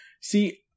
See